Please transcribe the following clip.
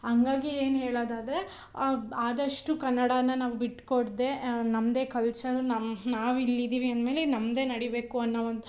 ಹಂಗಾಗಿ ಏನು ಹೇಳೋದಾದರೆ ಆದಷ್ಟು ಕನ್ನಡನ ನಾವು ಬಿಟ್ಟು ಕೊಡದೆ ನಮ್ಮದೇ ಕಲ್ಚರು ನಮ್ಮ ನಾವಿಲ್ಲಿ ಇದ್ದೀವಿ ಅಂದ ಮೇಲೆ ನಮ್ಮದೇ ನಡೀಬೇಕು ಅನ್ನೋ ಒಂದು